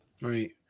Right